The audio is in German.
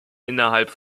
innerhalb